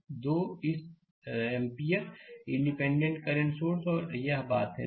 2 इस 2 ampere independent current source और यह बात है